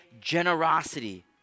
generosity